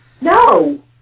No